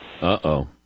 Uh-oh